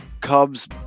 cubs